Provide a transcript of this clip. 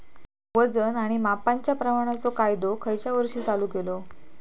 वजन आणि मापांच्या प्रमाणाचो कायदो खयच्या वर्षी चालू केलो?